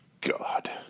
God